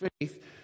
faith